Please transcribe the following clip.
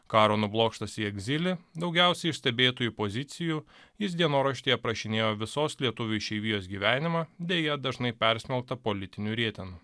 karo nublokštas į egzilį daugiausiai iš stebėtojų pozicijų jis dienoraštyje aprašinėjo visos lietuvių išeivijos gyvenimą deja dažnai persmelktą politinių rietenų